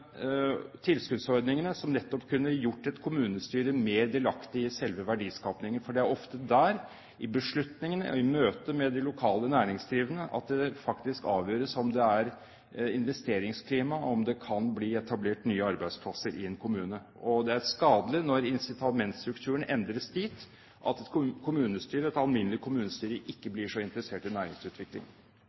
tilskuddsordningene som nettopp kunne ha gjort et kommunestyre mer delaktig i selve verdiskapingen – for det er ofte der, i beslutningene og i møtet med de lokale næringsdrivende, at det faktisk avgjøres om det er investeringsklima, og om det kan bli etablert nye arbeidsplasser i en kommune. Og det er skadelig når incitamentstrukturen endres dit at et alminnelig kommunestyre ikke blir så interessert i næringsutvikling.